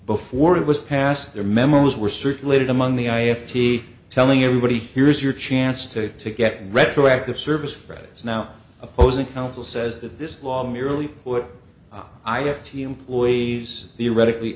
before it was passed their memos were circulated among the i f t telling everybody here's your chance to to get retroactive service fred is now opposing counsel says that this law merely put i have t employees theoretically